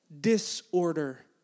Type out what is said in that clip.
Disorder